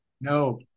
No